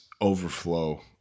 overflow